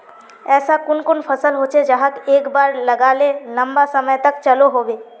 ऐसा कुन कुन फसल होचे जहाक एक बार लगाले लंबा समय तक चलो होबे?